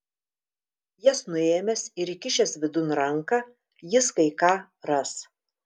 jas nuėmęs ir įkišęs vidun ranką jis kai ką ras